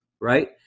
right